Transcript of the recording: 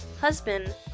husband